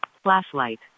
Flashlight